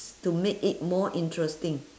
to make it more interesting